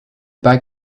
bag